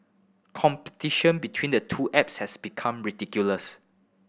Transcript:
competition between the two apps has become ridiculous